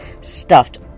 stuffed